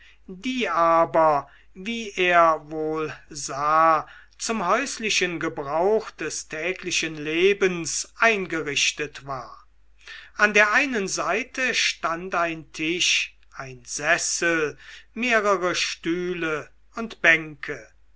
die aber wie er wohl sah zum häuslichen gebrauch des täglichen lebens eingerichtet war an der einen seite stand ein tisch ein sessel mehrere stühle und bänke